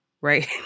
right